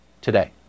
today